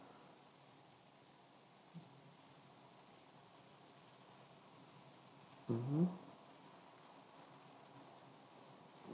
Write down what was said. mmhmm